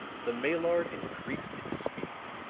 the maillard increased its speed.